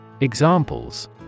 Examples